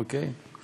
אוקיי?